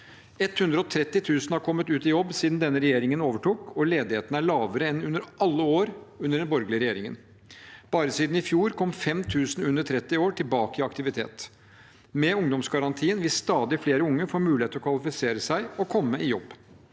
130 000 har kommet ut i jobb siden denne regjeringen overtok, og ledigheten er lavere enn i alle år under den borgerlige regjeringen. Bare siden i fjor har 5 000 under 30 år kommet tilbake i aktivitet. Med ungdomsgarantien vil stadig flere unge få mulighet til å kvalifisere seg og komme i jobb.